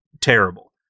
terrible